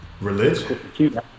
Religion